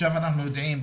עכשיו אנחנו יודעים,